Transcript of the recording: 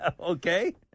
Okay